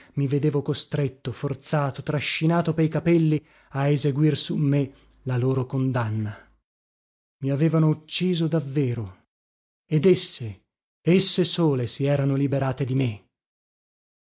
mi vedevo costretto forzato trascinato pei capelli a eseguire su me la loro condanna i avevano ucciso davvero ed esse esse sole si erano liberate di me